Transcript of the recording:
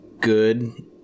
good